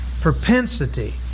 propensity